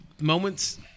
moments –